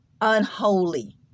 unholy